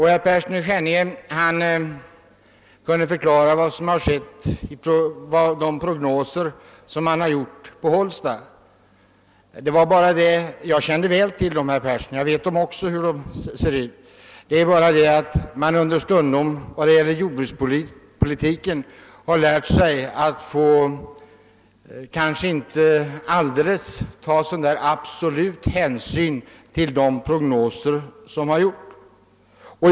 Herr Persson i Skänninge kunde förklara vad som har skett med hänvisning till de prognoser som gjorts på Hållsta. Jag känner också väl till dessa, herr Persson, och jag vet alltså hur de ser ut. Det är bara det att man har lärt sig att man i jordbrukspolitiken understundom inte bör ta alltför stor hänsyn till de prognoser som har upprättats.